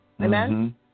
Amen